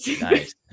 nice